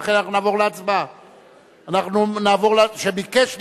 שביקש להתנגד,